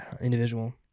individual